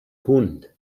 hund